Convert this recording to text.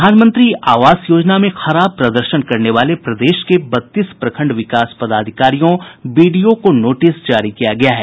प्रधानमंत्री आवास योजना में खराब प्रदर्शन करने वाले प्रदेश के बत्तीस प्रखंड विकास पदाधिकारियों बीडीओ को नोटिस जारी किया गया है